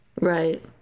Right